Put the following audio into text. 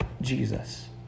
Jesus